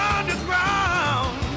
Underground